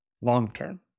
Long-term